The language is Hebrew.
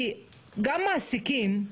גם מעסיקים,